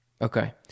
okay